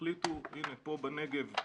החליטו שמקימים בנגב.